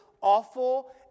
awful